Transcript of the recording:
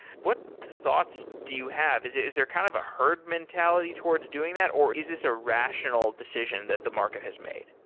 what thoughts do you have? is is there kind of a herd mentality towards doing that, or is this a rational decision that the market has made?